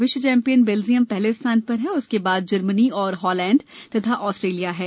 विश्व champion Belgium पहले स्थान पर है और उसके बाद जर्मनी हालैंड और ऑस्ट्रेलिया हैं